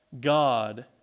God